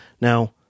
Now